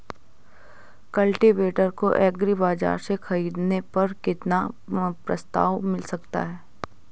Cultivator को agri बाजार से ख़रीदने पर कितना प्रस्ताव मिल सकता है?